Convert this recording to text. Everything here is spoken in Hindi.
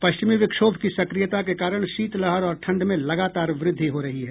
पश्चिमी विक्षोभ की सक्रियता के कारण शीतलहर और ठंड में लगातार वृद्धि हो रही है